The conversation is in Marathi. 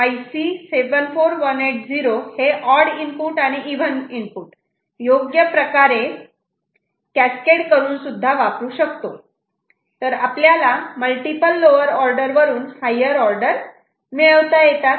तर आपण IC 74180 हे ऑड इनपुट आणि इव्हन इनपुट योग्य प्रकारे कॅस्केड करून सुद्धा वापरू शकतो तर आपल्याला मल्टिपल लोवर ऑर्डर वरून हायर ऑर्डर मिळविता येतात